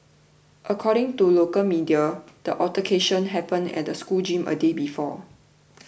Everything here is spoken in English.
according to local media the altercation happened at the school gym a day before